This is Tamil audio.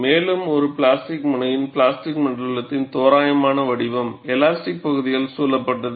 மேலும் இது பிளாஸ்டிக் முனையின் பிளாஸ்டிக் மண்டலத்தின் தோராயமான வடிவம் எலாஸ்டிக் பகுதியால் சூழப்பட்டுள்ளது